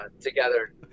together